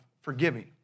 forgiving